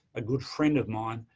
a good friend of mine,